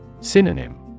Synonym